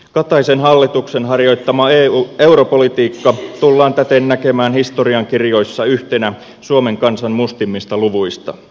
kataisen hallituksen harjoittama europolitiikka tullaan täten näkemään historiankirjoissa yhtenä suomen kansan mustimmista luvuista